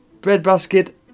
Breadbasket